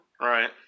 Right